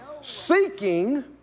Seeking